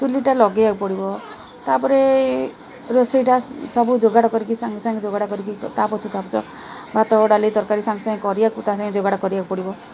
ଚୁଲିଟା ଲଗାଇବାକୁ ପଡ଼ିବ ତାପରେ ରୋଷେଇଟା ସବୁ ଯୋଗାଡ଼ କରିକି ସାଙ୍ଗେ ସାଙ୍ଗେ ଯୋଗାଡ଼ କରିକି ତା ପଛ ତା ପଛ ଭାତ ଡାଲି ତରକାରୀ ସାଙ୍ଗେ ସାଙ୍ଗେ କରିବାକୁ ତା ସାଙ୍ଗେ ଯୋଗାଡ଼ କରିବାକୁ ପଡ଼ିବ